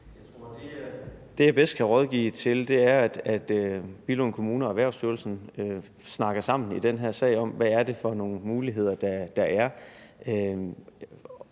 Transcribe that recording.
det, jeg bedst kan rådgive til, er, at Billund Kommune og Erhvervsstyrelsen snakker sammen i den her sag om, hvad det er for nogle muligheder, der er,